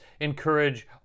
encourage